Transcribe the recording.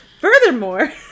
Furthermore